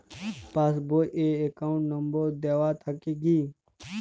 Pass বই এ account number দেওয়া থাকে কি?